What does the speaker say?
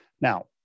Now